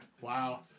Wow